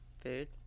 Food